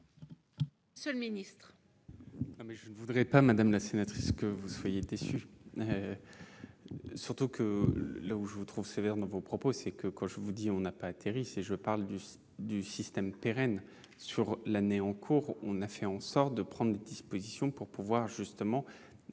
Monsieur le ministre,